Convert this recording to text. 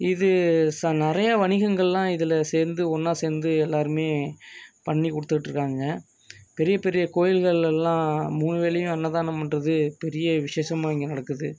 இது ச நிறைய வணிகங்களெல்லாம் இதில் சேர்ந்து ஒன்றா சேர்ந்து எல்லாேருமே பண்ணிக் கொடுத்துட்ருக்காங்கங்க பெரிய பெரிய கோயில்களெல்லாம் மூணு வேளையும் அன்னதானம் பண்ணுறது பெரிய விசேஷமாக இங்கே நடக்குது